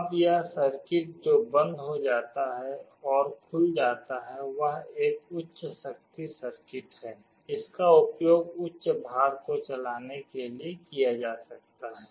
अब यह सर्किट जो बंद हो जाता है और खुल जाता है वह एक उच्च शक्ति सर्किट है इसका उपयोग उच्च भार को चलाने के लिए किया जा सकता है